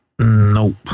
nope